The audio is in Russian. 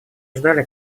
ждали